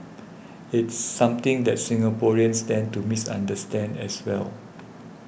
it's something that Singaporeans tend to misunderstand as well